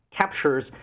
captures